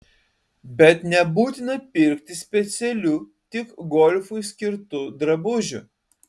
bet nebūtina pirkti specialių tik golfui skirtų drabužių